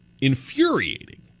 infuriating